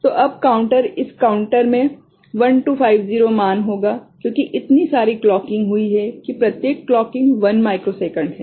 तो अब काउंटर इस काउंटर में 1250 मान होगा क्योंकि इतनी सारी क्लॉकिंग हुई है कि प्रत्येक क्लॉकिंग 1 मिक्रोसेकंड है